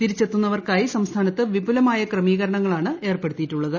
തിരിച്ചെത്തുന്നവർക്കായി സംസ്ഥിപ്പുനർത്ത് വിപുലമായ ക്രമീകരണ ങ്ങളാണ് ഏർപ്പെടുത്തിയിട്ടുള്ളത്